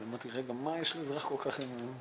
אני אמרתי, רגע, מה יש לאזרח כל כך עם הכבאות.